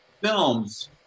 films